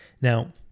Now